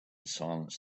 silence